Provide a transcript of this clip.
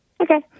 Okay